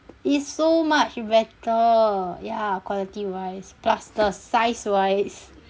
it's so much better ya quality wise plus the size wise